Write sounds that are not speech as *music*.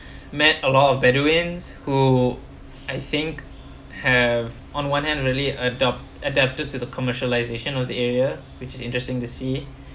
*breath* met a lot of bedouins who I think have on one hand really adopt adapted to the commercialization of the area which is interesting to see